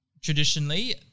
traditionally